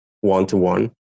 one-to-one